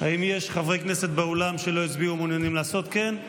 האם יש חברי כנסת באולם שלא הצביעו ומעוניינים לעשות כן?